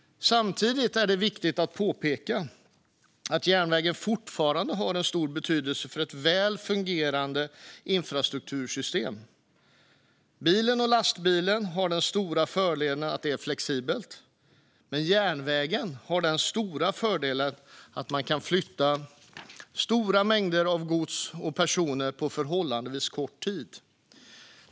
Samtidigt är det viktigt att påpeka att järnvägen fortfarande har stor betydelse för ett väl fungerande infrastruktursystem. Bilen och lastbilen har den stora fördelen att de är flexibla, men järnvägen har den stora fördelen att man kan flytta stora mängder gods och personer på förhållandevis kort tid.